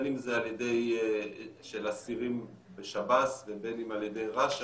בין אם זה של אסירים בשב"ס ובין אם על ידי רש"א,